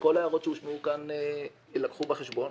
כל ההערות שהושמעו כאן יילקחו בחשבון.